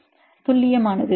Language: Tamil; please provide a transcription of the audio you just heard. மாணவர் துல்லியமானது